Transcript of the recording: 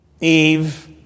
Eve